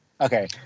Okay